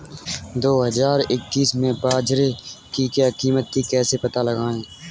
दो हज़ार इक्कीस में बाजरे की क्या कीमत थी कैसे पता लगाएँ?